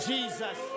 Jesus